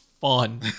Fun